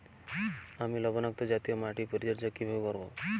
আমি লবণাক্ত জাতীয় মাটির পরিচর্যা কিভাবে করব?